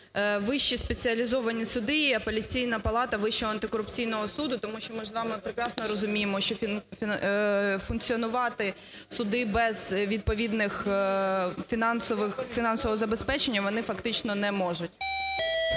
"вищі спеціалізовані суди і Апеляційна палата Вищого антикорупційного суду". Тому що ми ж з вами прекрасно розуміємо, що функціонувати суди без відповідних фінансових, фінансового забезпечення, вони фактично не можуть.